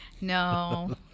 No